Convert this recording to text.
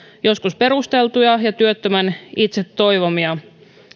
joskus myös perusteltuja ja työttömän itse toivomia